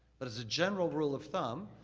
but as a general rule of thumb,